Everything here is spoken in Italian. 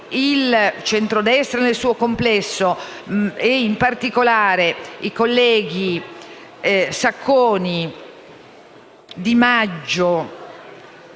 il centrodestra nel suo complesso e, in particolare, i colleghi Sacconi, Di Maggio,